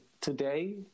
today